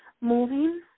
moving